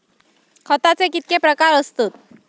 खताचे कितके प्रकार असतत?